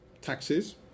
taxes